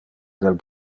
del